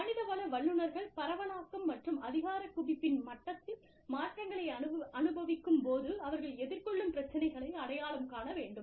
மனிதவள வல்லுநர்கள் பரவலாக்கம் மற்றும் அதிகார குவிப்பின் மட்டத்தில் மாற்றங்களை அனுபவிக்கும் போது அவர்கள் எதிர்கொள்ளும் பிரச்சினைகளை அடையாளம் காண வேண்டும்